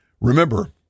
Remember